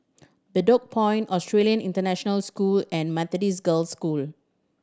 Bedok Point Australian International School and Methodist Girls' School